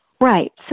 Right